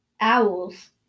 Owls